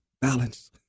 balance